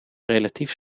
relatief